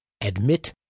admit